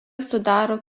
sudaro